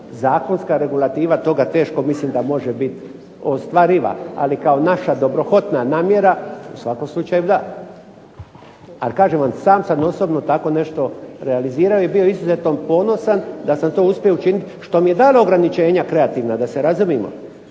zakonska regulativa toga teško mislim da može biti ostvarivana. Ali kao naša dobrohotna namjera u svakom slučaju da. Ali kažem vam, sam sam osobno tako nešto realizirao i bio izuzetno ponosan da sam to uspio učinit što mi je dalo ograničenja kreativna da se razumimo,